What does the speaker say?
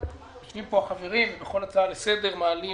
יושבים פה החברים ובכל הצעה לסדר מעלים